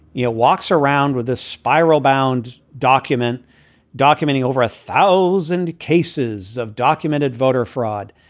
you know, walks around with a spiral bound document documenting over a thousand cases of documented voter fraud.